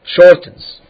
shortens